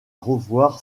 revoir